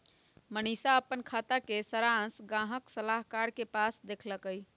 मनीशा अप्पन खाता के सरांश गाहक सलाहकार के पास से देखलकई